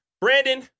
Brandon